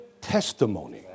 testimony